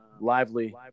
lively